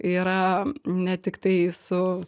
yra ne tiktai su